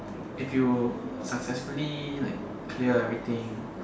if you successfully like clear everything